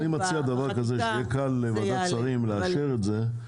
אני מציע שכדי שיהיה קל לוועדת שרים לאשר את זה,